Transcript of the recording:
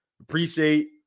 appreciate